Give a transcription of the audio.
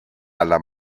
alla